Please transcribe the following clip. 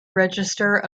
register